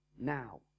now